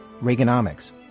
Reaganomics